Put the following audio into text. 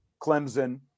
Clemson